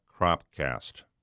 Cropcast